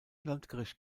landgericht